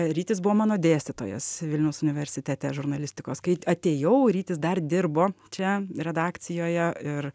rytis buvo mano dėstytojas vilniaus universitete žurnalistikos kai atėjau rytis dar dirbo čia redakcijoje ir